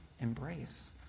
embrace